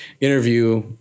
Interview